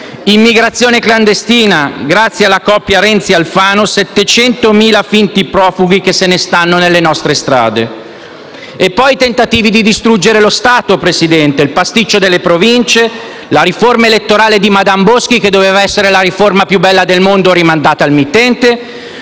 Immigrazione clandestina: grazie alla coppia Renzi-Alfano, 700.000 finti profughi se ne stanno nelle nostre strade. Ci sono poi stati i tentativi di distruggere lo Stato: il pasticcio delle Province; la riforma elettorale di *madame* Boschi, che doveva essere la riforma più bella del mondo, rimandata al mittente;